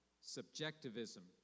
subjectivism